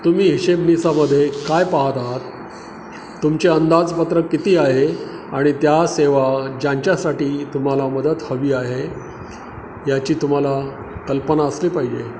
तुम्ही हिशेबनिसामध्ये काय पाहत आहात तुमचे अंदाजपत्रक किती आहे आणि त्या सेवा ज्यांच्यासाठी तुम्हाला मदत हवी आहे याची तुम्हाला कल्पना असली पाहिजे